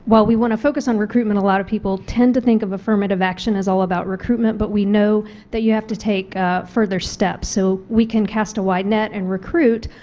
we want to focus on recruitment a lot of people tend to think of affirmative action is all about recruitment, but we know that you have to take further steps. so we can cast a wide net and recruit,